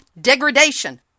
degradation